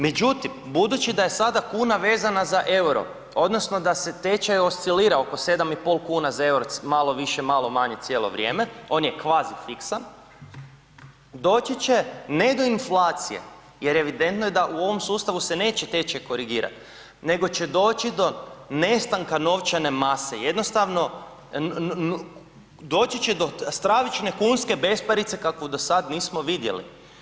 Međutim, budući da je sada kuna vezana za euro odnosno da tečaj oscilira oko 7,5 kuna za euro, malo više, malo manje cijelo vrijeme, on je kvazi fiksan, doći će ne do inflacije jer je evidentno da u ovom sustavu se neće tečaj korigirat nego će doći do nestanka novčane mase, jednostavno doći do stravične kunske besparice kakvu do sada nismo vidjeli.